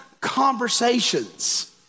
conversations